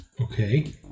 Okay